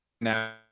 Now